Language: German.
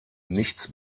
nichts